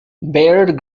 baird